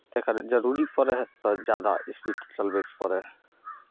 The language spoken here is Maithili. तकर जरूरी पड़ै हइ तऽ जादा स्पीड चलबयके पड़ै हइ